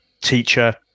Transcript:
teacher